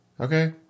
Okay